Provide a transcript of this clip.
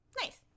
Nice